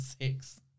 six